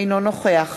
אינו נוכח